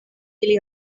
ili